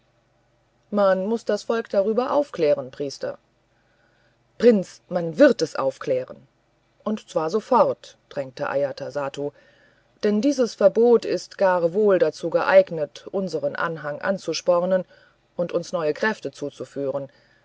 man muß das volk darüber aufklären priester prinz man wird es aufklären und zwar sofort drängte ajatasattu denn dieses verbot ist gar wohl dazu geeignet unseren anhang anzuspornen und uns neue kräfte zuzuführen